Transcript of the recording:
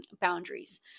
boundaries